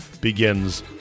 begins